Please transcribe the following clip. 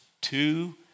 two